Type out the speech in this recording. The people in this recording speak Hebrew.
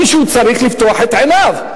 מישהו צריך לפקוח את עיניו.